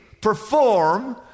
perform